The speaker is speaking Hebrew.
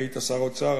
היית שר אוצר,